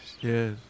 Yes